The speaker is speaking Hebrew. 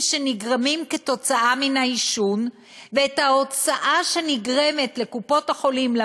שנגרמים כתוצאה מהעישון וההוצאה שנגרמת לקופות-החולים,